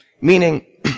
meaning